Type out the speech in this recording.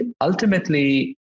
ultimately